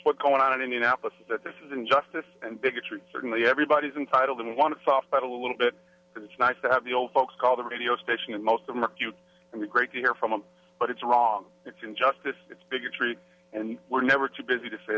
what's going on in indianapolis that this is injustice and bigotry certainly everybody is entitled and want to soft pedal a little bit and it's nice to have the old folks call the radio station and most of them are cute and great to hear from them but it's wrong it's injustice it's bigotry and we're never too busy to say